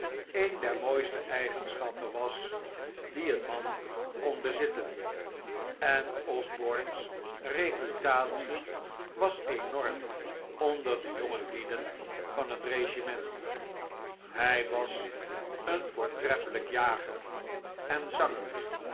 een der tnooiste eigenschappen was die een man kon bezitten en osborne's reputatie was enorm onder de jongelieden van het regiment hij was een voortreffelijk jager en zanger